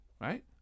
right